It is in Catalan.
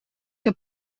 que